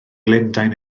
lundain